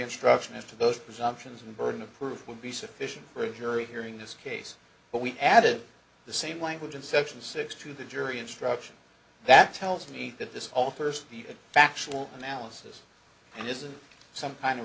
instruction as to those presumptions and burden of proof would be sufficient for jury hearing this case but we added the same language in section six to the jury instruction that tells me that this alters the factual analysis and isn't some kind of